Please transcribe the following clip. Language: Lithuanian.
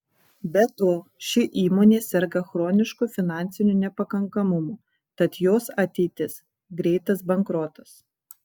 be to ši įmonė serga chronišku finansiniu nepakankamumu tad jos ateitis greitas bankrotas